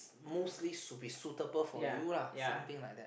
mostly should be suitable for you lah something like that